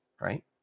right